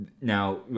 Now